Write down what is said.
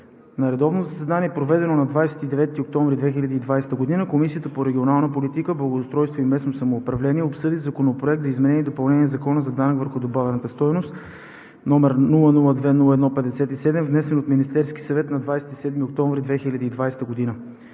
На редовно заседание, проведено на 29 октомври 2020 г., Комисията по регионална политика, благоустройство и местно самоуправление обсъди Законопроект за изменение и допълнение на Закона за данък върху добавената стойност, № 002-01-57, внесен от Министерския съвет на 27 октомври 2020 г.